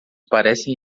parecem